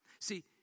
See